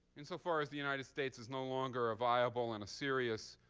insofar as the united states is no longer a viable and a serious